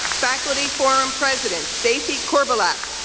faculty forum president stacy korbelak,